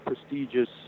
prestigious